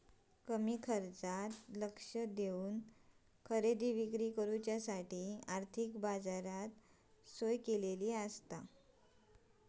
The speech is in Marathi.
कमी खर्चात लक्ष देवन खरेदी विक्री करुच्यासाठी आर्थिक बाजाराची सोय आसता